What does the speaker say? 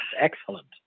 excellent